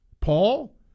Paul